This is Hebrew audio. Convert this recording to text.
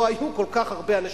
לא היו כל כך הרבה אנשים.